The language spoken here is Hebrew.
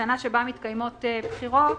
ובשנה שבה מתקיימות בחירות,